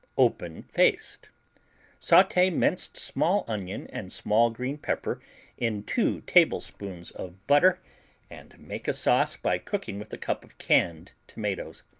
open-faced saute minced small onion and small green pepper in two tablespoons of butter and make a sauce by cooking with a cup of canned tomatoes.